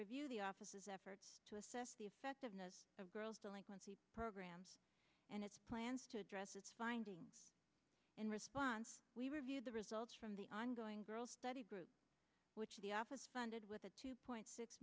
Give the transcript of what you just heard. review the office's effort to assess the effectiveness of girls delinquency programs and its plans to address is finding in response we reviewed the results from the ongoing girls study group which the office funded with a two point six